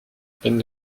peine